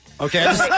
Okay